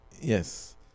Yes